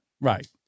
Right